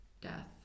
death